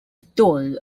story